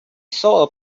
saw